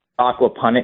aquaponics